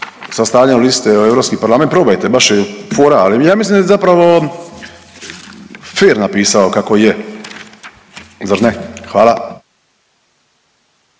sastavljanju liste u Europski parlament, probajte, baš je fora. Ali ja mislim da je zapravo fer napisao kako je. Zar ne? Hvala.